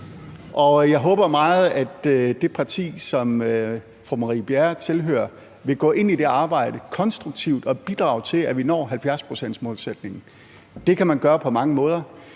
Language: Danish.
jeg håber meget, at det parti, som fru Marie Bjerre tilhører, vil gå ind i det arbejde konstruktivt og bidrage til, at vi når 70-procentsmålsætningen. Det kan man gøre på mange måder.